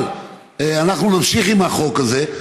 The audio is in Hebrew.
אבל אנחנו נמשיך עם החוק הזה.